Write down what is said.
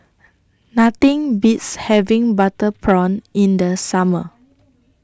Nothing Beats having Butter Prawn in The Summer